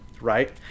right